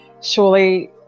Surely